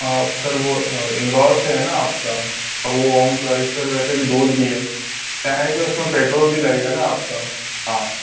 sir वो इंदौर से है ना आपका और वो ओंकारेश्वर वैसे भी दूर भी है क्या है कि उसमें पेट्रोल भी लगेगा ना आपका हाँ